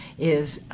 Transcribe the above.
is,